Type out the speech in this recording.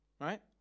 right